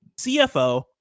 CFO